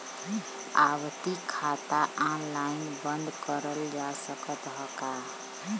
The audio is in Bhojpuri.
आवर्ती खाता ऑनलाइन बन्द करल जा सकत ह का?